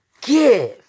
Give